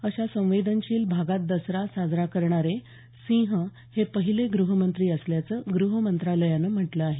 अशा संवेदनशील भागात दसरा साजरा करणारे सिंह हे पहिले गृहमंत्री असल्याचं गृहमंत्रालयानं म्हटलं आहे